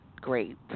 great